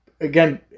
Again